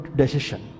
decision